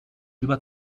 über